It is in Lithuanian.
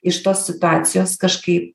iš tos situacijos kažkaip